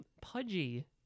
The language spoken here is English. pudgy